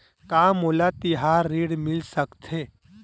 का मोला तिहार ऋण मिल सकथे?